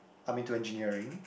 I'm into engineering